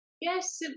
Yes